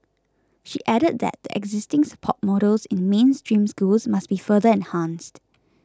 she added that the existing support models in mainstream schools must be further enhanced